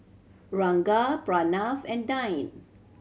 Ranga Pranav and Dhyan